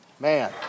Man